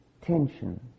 tension